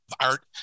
art